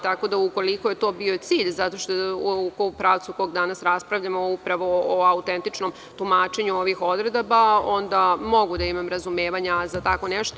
Tako da ukoliko je to bio cilj u kom pravcu danas mi raspravljamo upravo o autentičnom tumačenju ovih odredaba, onda mogu da imam razumevanja za tako nešto.